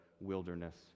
wilderness